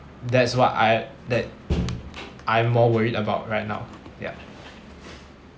that's what I that I'm more worried about right now ya